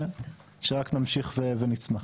ושרק נמשיך ונצמח.